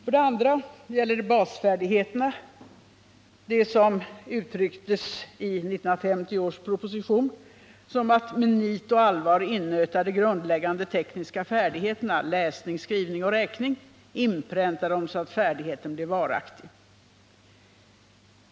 För det andra gäller det basfärdigheterna, det som i 1950 års proposition uttrycktes så att man med nit och allvar skulle innöta de grundläggande tekniska färdigheterna läsning, skrivning och räkning, inpränta dem så att färdigheten blev varaktig.